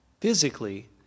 physically